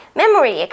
memory